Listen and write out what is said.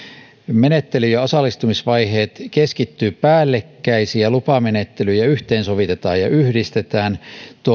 menettely ja osallistumisvaiheet keskittyvät päällekkäisiä lupamenettelyjä yhteensovitetaan ja yhdistetään